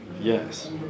Yes